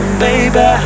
baby